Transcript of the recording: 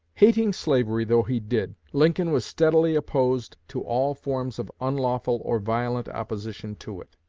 hating slavery though he did, lincoln was steadily opposed to all forms of unlawful or violent opposition to it.